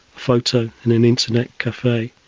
photo in an internet cafe.